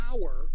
power